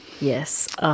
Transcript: yes